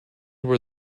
where